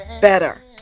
better